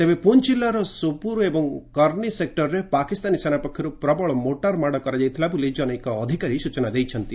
ତେବେ ପୁଞ୍ ଜିଲ୍ଲାର ସୋପୁର ଏବଂ କର୍ନୀ ସେକ୍ଟରରେ ପାକିସ୍ତାନୀ ସେନା ପକ୍ଷରୁ ପ୍ରବଳ ମୋର୍ଟାର୍ ମାଡ଼ କରାଯାଇଥିଲା ବୋଲି ଜନୈକ ଅଧିକାରୀ ସ୍ନଚନା ଦେଇଛନ୍ତି